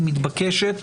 היא מתבקשת,